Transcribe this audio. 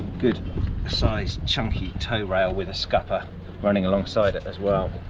good sized chunky toe rail with a scupper running alongside it as well,